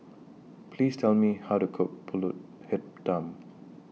Please Tell Me How to Cook Pulut Hitam